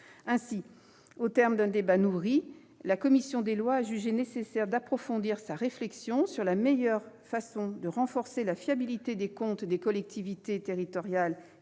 Au terme d'un débat nourri, la commission des lois a jugé nécessaire d'approfondir sa réflexion sur la meilleure façon de renforcer la fiabilité des comptes des collectivités territoriales